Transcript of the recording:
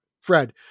Fred